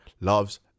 loves